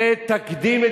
זה תקדים,